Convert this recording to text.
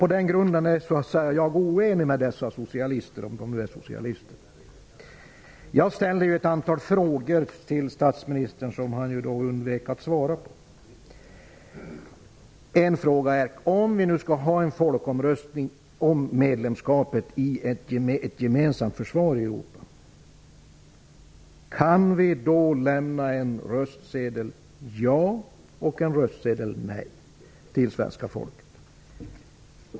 På den grunden är jag oense med dessa socialister -- om de nu är socialister. Jag ställde ett antal frågor till statsministern som han undvek att svara på. En fråga är: Om vi skall ha en folkomröstning om medlemskapet i en gemensam försvarsunion i Europa, kan vi då lämna en röstsedel med ja och en röstsedel med nej till svenska folket?